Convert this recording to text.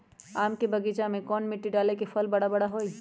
आम के बगीचा में कौन मिट्टी डाले से फल बारा बारा होई?